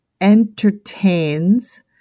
entertains